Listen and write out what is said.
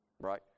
right